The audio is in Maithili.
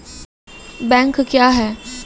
बैंक क्या हैं?